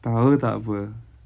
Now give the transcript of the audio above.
tahu takpe